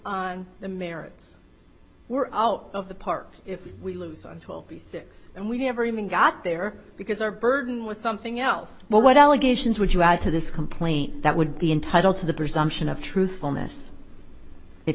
on the merits we're out of the park if we lose on twelve b six and we never even got there because our burden was something else but what allegations would you add to this complaint that would be entitled to the presumption of truthfulness if